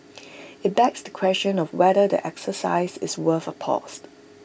IT begs the question of whether the exercise is worth A paused